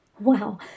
wow